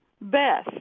Beth